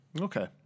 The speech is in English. Okay